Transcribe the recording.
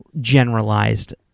generalized